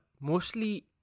mostly